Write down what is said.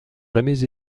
jamais